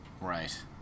Right